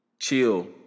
Chill